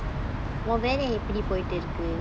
own வேல எப்படி போயிட்டு இருக்கு:oan vela eppadi poyittu irukku